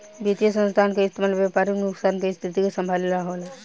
वित्तीय संसाधन के इस्तेमाल व्यापारिक नुकसान के स्थिति के संभाले ला होला